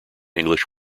english